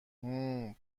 هومممم